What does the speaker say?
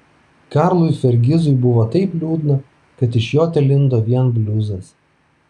karlui fergizui buvo taip liūdna kad iš jo telindo vien bliuzas